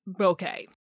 Okay